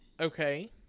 Okay